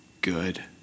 good